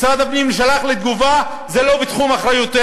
משרד הפנים שלח לי תגובה: זה לא בתחום אחריותנו,